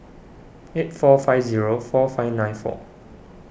eight four five zero four five nine four